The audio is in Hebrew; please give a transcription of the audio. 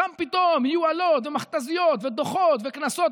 שם פתאום יהיו אלות, ומכת"זיות, ודוחות וקנסות.